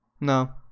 No